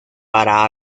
para